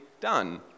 done